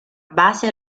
base